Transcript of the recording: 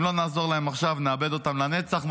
אם לא נעזור להם עכשיו, נאבד אותם לנצח.